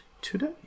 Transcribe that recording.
today